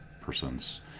person's